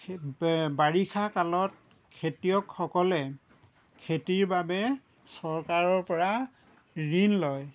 বাৰিষা কালত খেতিয়কসকলে খেতিৰ বাবে চৰকাৰৰ পৰা ঋণ লয়